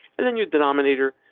and then you denominate are